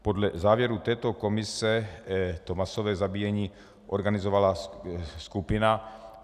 Podle závěrů této komise masové zabíjení organizovala skupina.